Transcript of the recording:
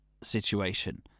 situation